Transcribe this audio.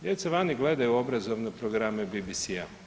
Djeca vani gledaju obrazovne programe BBC-a.